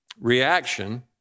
Reaction